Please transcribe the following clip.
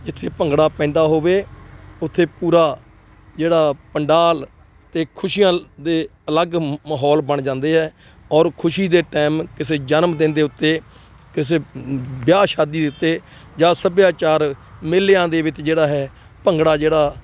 ਜਿੱਥੇ ਭੰਗੜਾ ਪੈਂਦਾ ਹੋਵੇ ਉੱਥੇ ਪੂਰਾ ਜਿਹੜਾ ਪੰਡਾਲ 'ਤੇ ਖੁਸ਼ੀਆਂ ਦੇ ਅਲੱਗ ਮਾਹੌਲ ਬਣ ਜਾਂਦੇ ਹੈ ਔਰ ਖੁਸ਼ੀ ਦੇ ਟਾਈਮ ਕਿਸੇ ਜਨਮ ਦਿਨ ਦੇ ਉੱਤੇ ਕਿਸੇ ਵਿਆਹ ਸ਼ਾਦੀ ਦੇ ਉੱਤੇ ਜਾਂ ਸੱਭਿਆਚਾਰ ਮੇਲਿਆਂ ਦੇ ਵਿੱਚ ਜਿਹੜਾ ਹੈ ਭੰਗੜਾ ਜਿਹੜਾ